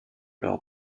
leur